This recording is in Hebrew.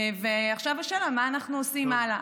עכשיו השאלה היא מה אנחנו עושים הלאה.